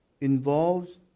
involves